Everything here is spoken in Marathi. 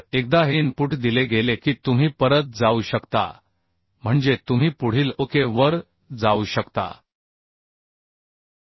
तर एकदा हे इनपुट दिले गेले की तुम्ही परत जाऊ शकता म्हणजे तुम्ही पुढील ओके वर जाऊ शकता